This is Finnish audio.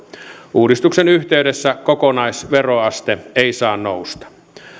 uudistuksen yhteydessä kokonaisveroaste ei saa nousta